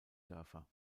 dörfer